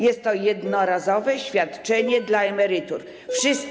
Jest to jednorazowe świadczenie dla emerytów.